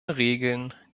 regeln